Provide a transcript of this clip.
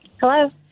Hello